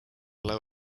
low